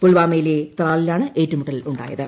പുൽവാമയിലെ ത്രാലിലാണ് ഏറ്റുമുട്ടലുണ്ടായത്